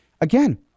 Again